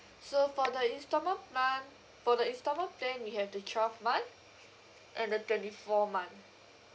so for the installment month for the installment plan we have the twelve month and the twenty four month